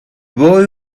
boy